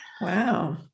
Wow